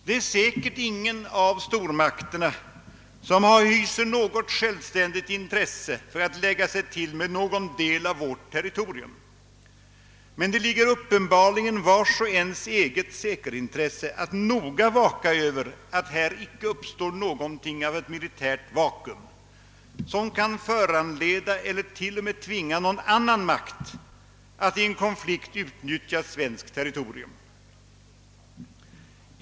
Det är säkert ingen av stormakterna som hyser något intresse av att lägga sig till med någon del av vårt territorium, men uppenbarligen ligger det i vars och ens eget säkerhetsintresse att noga vaka över att här inte uppstår något av ett militärt vakuum, som kan föranleda eller till och med tvinga någon annan makt att i en konflikt utnyttja svenskt territorium.